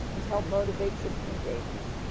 and to help motivate civic engagement.